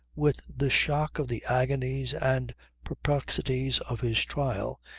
with the shock of the agonies and perplexities of his trial,